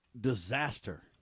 disaster